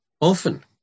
often